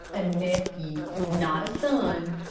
a nephew, not a son,